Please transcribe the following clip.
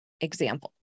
example